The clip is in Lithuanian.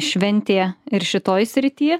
šventė ir šitoj srity